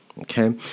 Okay